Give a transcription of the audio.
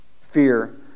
Fear